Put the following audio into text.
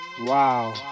Wow